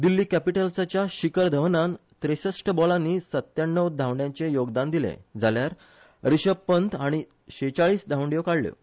दिल्ली कॅपीटल्साच्या शिखर धवनान त्रेसस्ट बॉलानी सत्याण्णव धांवडयांचे योगदान दिले जाल्यार रिशब पंत हाणी छेचाळीस धांवड्यो काडल्यो